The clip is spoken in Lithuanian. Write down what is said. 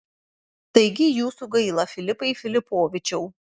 taigi jūsų gaila filipai filipovičiau